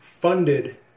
funded